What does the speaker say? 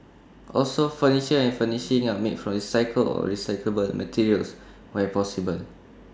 also furniture and furnishings are made from recycled or recyclable materials where possible